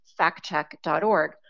factcheck.org